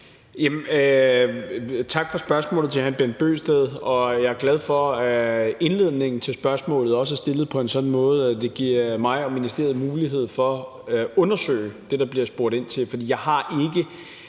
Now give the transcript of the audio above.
Tak for spørgsmålet til hr. Bent Bøgsted. Jeg er glad for indledningen til spørgsmålet, altså at det er stillet på en sådan måde, at det giver mig og ministeriet mulighed for at undersøge det, der bliver spurgt ind til,